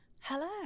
Hello